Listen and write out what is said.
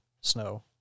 snow